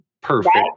perfect